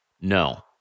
No